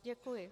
Děkuji.